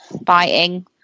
biting